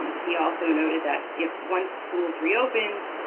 um he also noted that if once schools reopened,